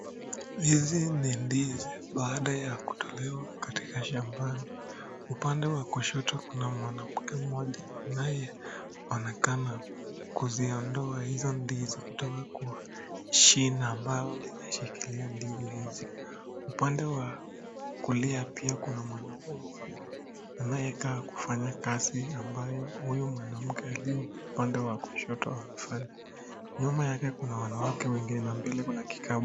Hizi ni ndizi baada ya kutolewa katika shambani. Upande wa kushoto kuna mwanamke mmoja ambaye anaonekana kuziondoa hizo ndizi kutoka kwa shina ambayo linashikilia ndizi hizi. Upande wa kulia pia kuna mwanaume mmoja anayekaa kufanya kazi ambayo huyu mwanamke aliye upande wa kushoto hafanyi. Nyuma yake kuna wanawake wengine na mbele kuna kikapu.